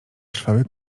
trwały